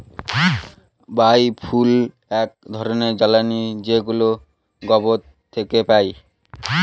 বায় fuel এক ধরনের জ্বালানী যেগুলো গোবর থেকে পাই